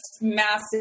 massive